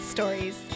Stories